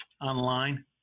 online